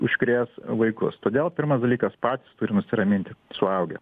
užkrės vaikus todėl pirmas dalykas pats turi nusiraminti suaugę